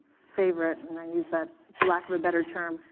favorite, and i use that for lack of a better term,